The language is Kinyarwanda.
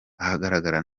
ahagarara